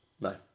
No